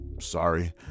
sorry